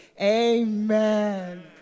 Amen